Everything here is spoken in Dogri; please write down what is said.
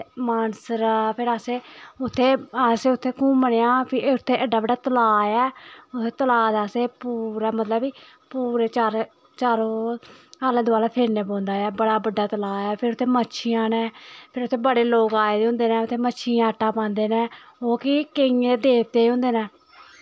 मानसरा फिर असें अस उत्थै घूमने आं उत्थै एड्डा बड्डा तलाऽ ऐ उत्थै तलाऽ दा असें पीरा मतलब पूरा पीरे चारों आले दोआलै फिरना पौंदा ऐ बड़ा बड्डा तलाऽ ऐ फिर उत्था मच्छियां नै फिर उत्थै बड़े लोग आए दे होंदे न उत्थै मच्छियें आटा पांदे नै ओह् कि केइयें देवते होंदे न